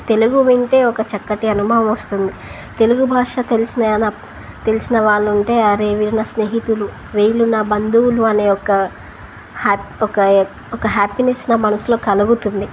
తెలుగు వింటే ఒక చక్కటి అనుభవం వస్తుంది తెలుగు భాష తెలిసిన అన తెలిసిన వాళ్ళుంటే ఆరేవిరిన స్నేహితులు వీళ్ళు నా బంధువులు అనే ఒక హ్యా ఒక ఒక హ్యాపీనెస్ నా మనసులో కలుగుతుంది